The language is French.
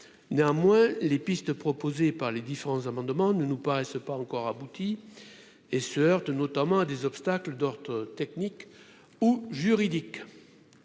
néanmoins les pistes proposées par les différents amendements ne nous paraissent pas encore abouti et se heurte notamment à des obstacles d'ordre technique ou juridique,